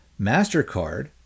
MasterCard